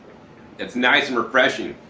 it's nice and refreshing.